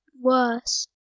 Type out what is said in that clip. worse